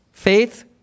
Faith